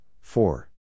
four